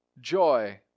joy